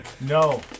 No